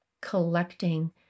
collecting